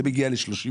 זה מגיע ל-38.